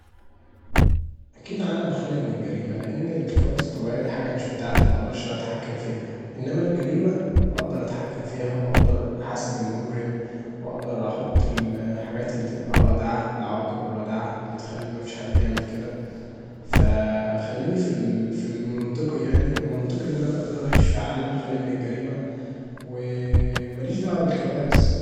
أكيد عالم خالي من الجريمة، لان الكوارث الطبيعية دي مش بتاعتي مقدرش انا اتحكم فيها، انما المريمة اقدر اتحكم فيها واقدر احاسب المجرم واقدر احط الحاجات اللي تبقي رادعه، العواقب الرادعه اللي تخلي مفيش حد يعمل كدا، فخليني فالمنطقي يعني، المنطقي ان اقدر اعيش في عالم خالي من الجريمة ومليش دعوه بالكوارث.